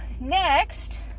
next